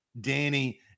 Danny